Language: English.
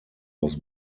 was